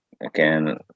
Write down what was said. again